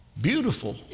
Beautiful